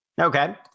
Okay